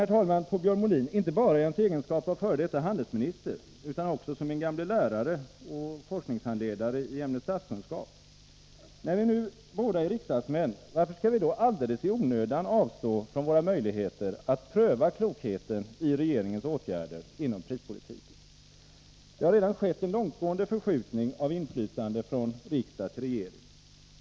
Jag är besviken på Björn Molin, inte bara i hans egenskap av f. d. handelsminister, utan också som min gamle lärare och forskningsledare i ämnet statskunskap. När vi nu båda är riksdagsmän, varför skall vi då alldeles i onödan avstå från våra möjligheter att pröva klokheten i regeringens åtgärder inom prispolitiken? Det har redan skett en långtgående förskjutning av inflytande från riksdag till regering.